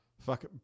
Fuck